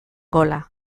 gola